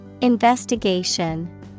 Investigation